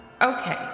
okay